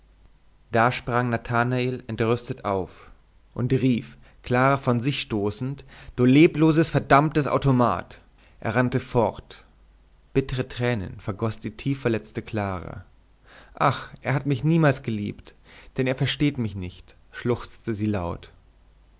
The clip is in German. da sprang nathanael entrüstet auf und rief clara von sich stoßend du lebloses verdammtes automat er rannte fort bittre tränen vergoß die tief verletzte clara ach er hat mich niemals geliebt denn er versteht mich nicht schluchzte sie laut